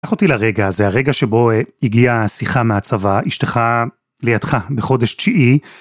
קח אותי לרגע, הרגע שבו הגיעה השיחה מהצבא, אשתך לידך, בחודש תשיעי.